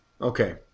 Okay